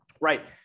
Right